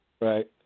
Right